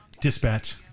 Dispatch